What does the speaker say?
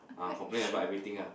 uh complain about everything ah